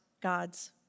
God's